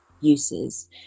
uses